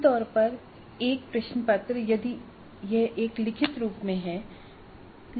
आमतौर पर एक प्रश्न पत्र यदि यह एक लिखित रूप मे है